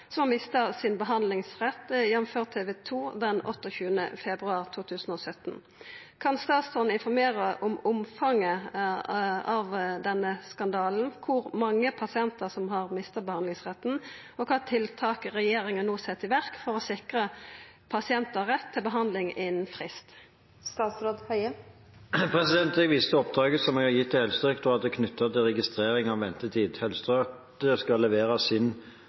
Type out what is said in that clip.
som har mista sin behandlingsrett, jf. TV2 den 28. februar 2017. Kan statsråden informere om omfanget av denne skandalen, kor mange pasientar som har mista behandlingsretten, og kva tiltak regjeringa no set i verk for å sikre pasientar rett til behandling innan frist?» Jeg viser til oppdraget som jeg har gitt Helsedirektoratet knyttet til registrering av ventetid. Helsedirektoratet skal levere sin